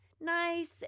nice